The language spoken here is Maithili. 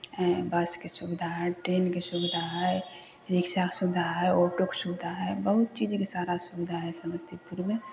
बस के सुबधा हय ट्रेन के सुबधा हय रिक्शा के सुबधा हय ऑटो के सुबधा हय बहुत चीज के सारा सुबधा हय समस्तीपुर मे